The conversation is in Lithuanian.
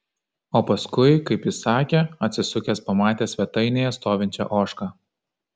o paskui kaip jis sakė atsisukęs pamatė svetainėje stovinčią ožką